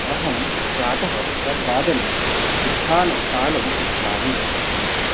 अहं प्रातः षड्वादने उत्थानकालम् इच्छामि